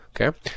Okay